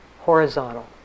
horizontal